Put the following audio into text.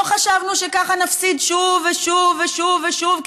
לא חשבנו שככה נפסיד שוב ושוב ושוב כי